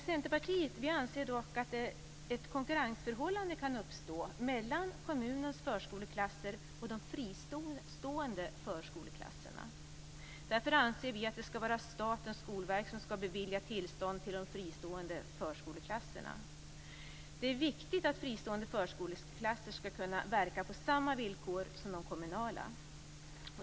Centerpartiet anser dock att ett konkurrensförhållande kan uppstå mellan kommunens förskoleklasser och de fristående förskoleklasserna. Därför anser vi att det skall vara Statens skolverk som skall bevilja tillstånd till de fristående förskoleklasserna. Det är viktigt att fristående förskoleklasser skall kunna verka på samma villkor som de kommunala.